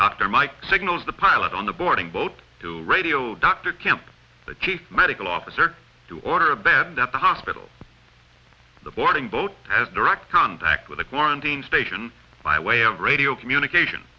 dr mike signals the pilot on the boarding boat to radio dr camp the chief medical officer to order a bed that the hospital the boarding boat direct contact with the quarantine station by way of radio communication